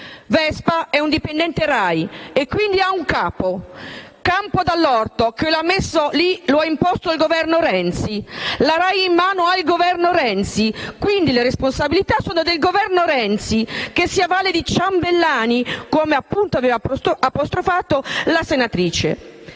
Vespa è un dipendente RAI e quindi ha un capo: Campo Dall'Orto e lo ha messo lì e lo ha imposto il Governo Renzi. La RAI è in mano al Governo Renzi; quindi, le responsabilità sono del Governo Renzi, che si avvale di ciambellani, come appunto aveva apostrofato la senatrice.